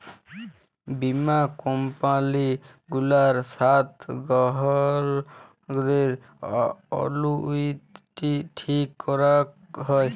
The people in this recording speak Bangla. বীমা কম্পালি গুলার সাথ গ্রাহকদের অলুইটি ঠিক ক্যরাক হ্যয়